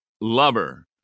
lover